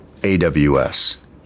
AWS